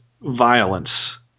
violence